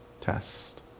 test